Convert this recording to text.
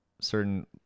certain